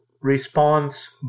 response